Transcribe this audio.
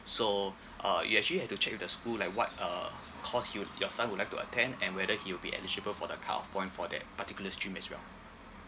so uh you actually have to check with the school like what uh course you'd your son would like to attend and whether he'll be eligible for the cutoff point for that particular stream as well